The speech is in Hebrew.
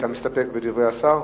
אתה מסתפק בדברי השר?